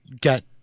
get